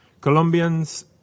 Colombians